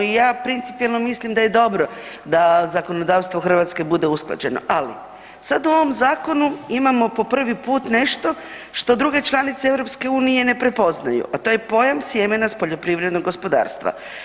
I ja principijelno mislim da je dobro da zakonodavstvo Hrvatske bude usklađeno, ali sad u ovom zakonu imamo po prvi put nešto što druge članice EU ne prepoznaju, a to je pojam sjemena s poljoprivrednog gospodarstva.